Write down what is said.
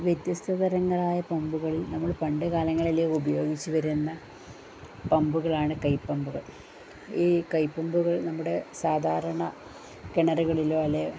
വ്യത്യസ്തതരങ്ങളായ പമ്പുകളിൽ നമ്മൾ പണ്ടുകാലങ്ങളിൽ ഉപയോഗിച്ചു വരുന്ന പമ്പുകളാണ് കൈപ്പമ്പുകൾ ഈ കൈപ്പമ്പുകൾ നമ്മുടെ സാധാരണ കിണറുകളിലോ അല്ലെ